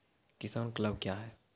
किसान क्लब क्या हैं?